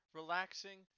relaxing